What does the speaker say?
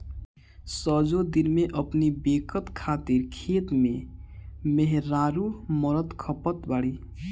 सजो दिन अपनी बेकत खातिर खेते में मेहरारू मरत खपत बाड़ी